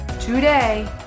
Today